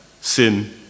sin